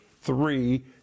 three